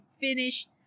finish